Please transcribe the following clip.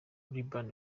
liban